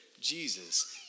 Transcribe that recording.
Jesus